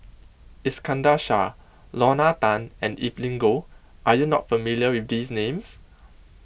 Iskandar Shah Lorna Tan and Evelyn Goh are you not familiar with these names